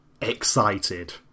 excited